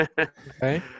Okay